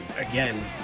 again